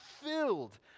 filled